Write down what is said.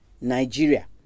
Nigeria